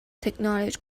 technology